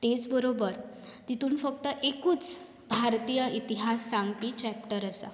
तेंच बरोबर तितून फक्त एकूच भारतीय इतिहास सांगपी चेप्टर आसा